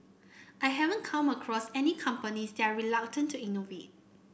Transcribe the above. I haven't come across any companies that are reluctant to innovate